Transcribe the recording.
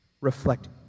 reflect